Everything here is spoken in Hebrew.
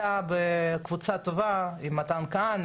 אתה וקבוצה טובה עם מתן כהנא,